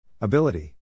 Ability